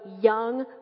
young